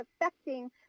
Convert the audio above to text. affecting